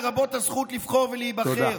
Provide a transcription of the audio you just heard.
לרבות הזכות לבחור ולהיבחר.